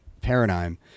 paradigm